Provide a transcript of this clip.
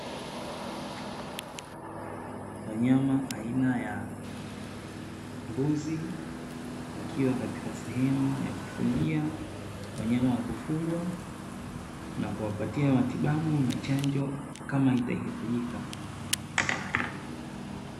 Wanyama aina ya mbuzi, wakiwa katika sehemu ya kufugia wanyama wa kufugwa na kuwapatia matibabu na chanjo kama itahitajika.